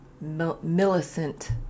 Millicent